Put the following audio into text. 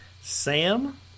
sam